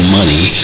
money